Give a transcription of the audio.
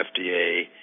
FDA